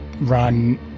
run